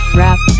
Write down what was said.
rap